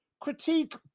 critique